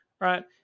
right